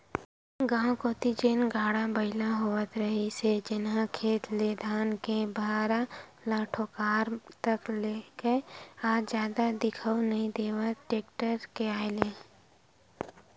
गाँव कोती जेन गाड़ा बइला होवत रिहिस हे जेनहा खेत ले धान के भारा ल कोठार तक लेगय आज जादा दिखउल नइ देय टेक्टर के आय ले